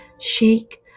shake